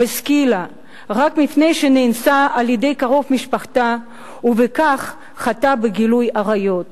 בסקילה רק מפני שנאנסה על-ידי קרוב משפחתה ובכך חטאה בגילוי עריות.